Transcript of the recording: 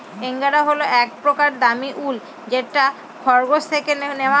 angora হল এক প্রকার দামী উল যেটা খরগোশ থেকে নেওয়া হয়